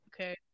okay